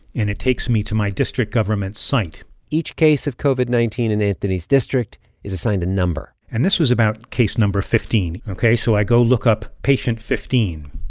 and it takes me to my district government site each case of covid nineteen in anthony's district is assigned a number and this was about case no. fifteen. ok. so i go look up patient fifteen.